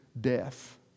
death